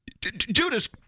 Judas